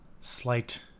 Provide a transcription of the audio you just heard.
slight